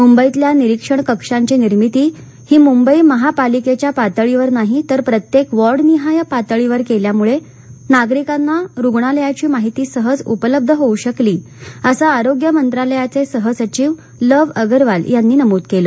मुंबईतल्या निरीक्षण कक्षांची निर्मिती ही मुंबई महापालिकेच्या पातळीवर नाही तर प्रत्येक वॉर्डनिहाय पातळीवर केल्यामुळे नागरिकांना रुग्णालयांची माहिती सहज उपलब्ध होऊ शकली असं आरोग्य मंत्रालयाचे सहसचिव लव अगरवाल यांनी नमूद केलं